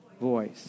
Voice